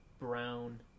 brown